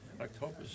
October